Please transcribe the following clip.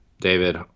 David